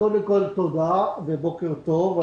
קודם כול, תודה ובוקר טוב.